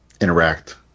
interact